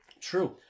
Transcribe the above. True